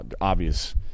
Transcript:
obvious